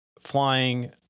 flying